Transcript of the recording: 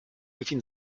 within